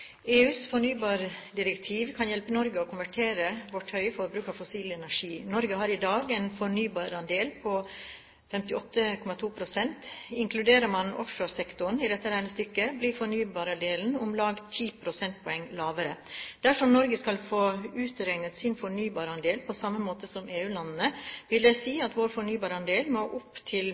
fornybardirektiv kan hjelpe Norge å konvertere vårt høye forbruk av fossil energi. Norge har i dag en fornybarandel på 58,2. Inkluderer man offshoresektoren i dette regnestykket, blir fornybarandelen om lag 10 prosentpoeng lavere. Dersom Norge skal få utregnet sin fornybarandel på samme måte som EU-landene, vil det si at vår fornybarandel må opp til